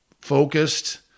focused